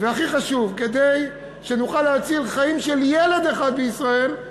והכי חשוב: כדי שנוכל להציל חיים של ילד אחד בישראל,